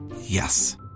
Yes